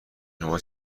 شما